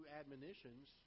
admonitions